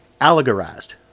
allegorized